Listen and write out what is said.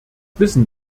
wissen